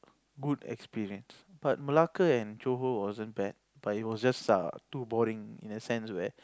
good experience but Malacca and Johor wasn't bad but it was just sia too boring in a sense that